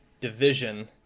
division